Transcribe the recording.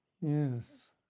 Yes